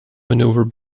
maneuver